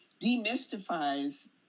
demystifies